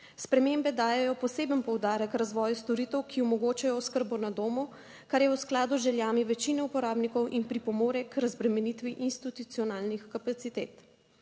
Spremembe dajejo poseben poudarek razvoju storitev, ki omogočajo oskrbo na domu, kar je v skladu z željami večine uporabnikov in pripomore k razbremenitvi institucionalnih kapacitet.